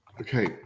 Okay